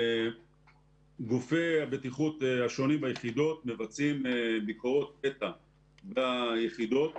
גופי הבטיחות השונים ביחידות מבצעים ביקורות פתע ביחידות.